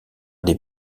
des